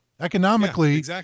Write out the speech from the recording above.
Economically